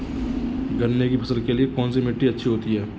गन्ने की फसल के लिए कौनसी मिट्टी अच्छी होती है?